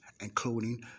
including